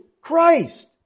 Christ